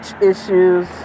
issues